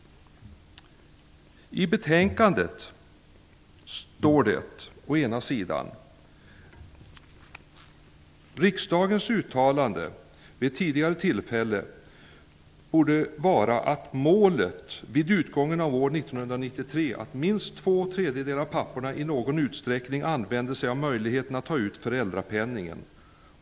I betänkandet står å ena sidan att riksdagen vid ett tidigare tillfälle uttalade att målet borde vara att, vid utgången av år 1993, minst två tredjedelar av papporna i någon utsträckning använder sig av möjligheten att ta ut föräldrapenningen.